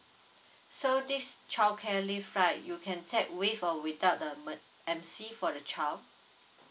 so this childcare leave right you can check with a without the emcee for the child